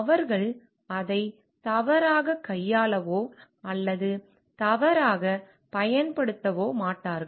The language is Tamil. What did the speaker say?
அவர்கள் அதை தவறாக கையாளவோ அல்லது தவறாக பயன்படுத்தவோ மாட்டார்கள்